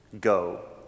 Go